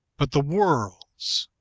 but the world's.